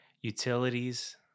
Utilities